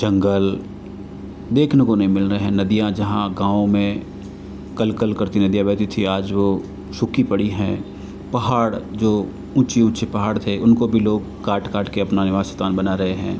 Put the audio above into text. जंगल देखने को नहीं मिल रहे है नदियाँ जहाँ गांवों में कल कल करती नदियाँ बहती थी आज वो सूखी पड़ी हैं पहाड़ जो ऊंचे ऊंचे पहाड़ थे उनको भी लोग काट काट के अपना निवास स्थान बना रहे है